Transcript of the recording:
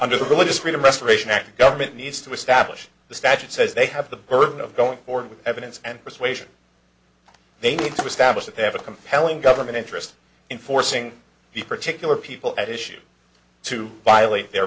under the religious freedom restoration act government needs to establish the statute says they have the burden of going forward with evidence and persuasion they need to establish that they have a compelling government interest in forcing the particular people at issue to violate their